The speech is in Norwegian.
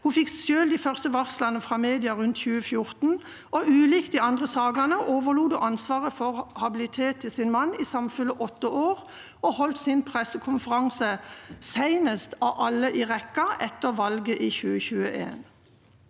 Hun fikk selv de første varslene fra media rundt 2014. Ulikt de andre sakene overlot hun ansvaret for habilitet til sin mann i samfulle åtte år, og hun holdt sin pressekonferanse etter valget i 2021